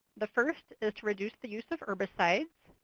the first is to reduce the use of herbicides,